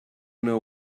know